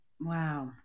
Wow